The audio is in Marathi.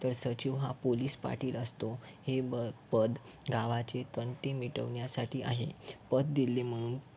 तर सचिव हा पोलीस पाटील असतो हे ब पद गावाचे तंटी मिटवण्यासाठी आहे पद दिले म्हणून